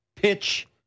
Pitch